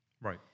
right